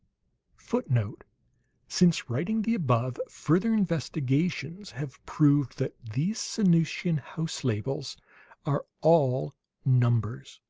footnote since writing the above, further investigations have proved that these sanusian house-labels are all numbers.